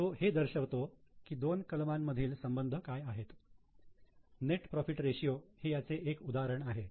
तो हे दर्शवतो की दोन कलमानमधील संबंध काय आहेत नेट प्रॉफिट रेषीयो हे याचे एक उदाहरण आहे